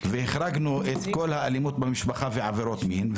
והחרגנו את כל האלימות במשפחה ועבירות מין,